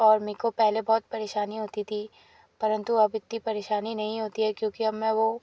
और मेरे को पहले बहुत परेशानी होती थी परन्तु अब इतनी परेशानी नहीं होती है क्योंकि अब मैं वह